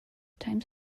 times